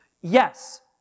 Yes